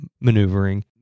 maneuvering